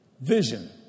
vision